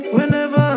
Whenever